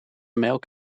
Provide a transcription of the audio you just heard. melk